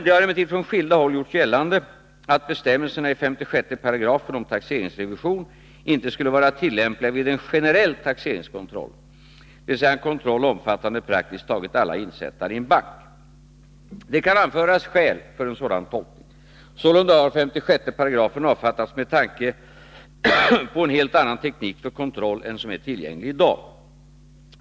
Det har emellertid från skilda håll gjorts gällande att bestämmelserna i 56 § om taxeringsrevision inte skulle vara tillämpliga vid en generell taxeringskontroll, dvs. en kontroll omfattande praktiskt taget alla insättare i en bank. Det kan anföras skäl för en sådan tolkning. Sålunda har 56 § avfattats med tanke på en helt annan teknik för kontroll än som är tillgänglig i dag.